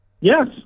Yes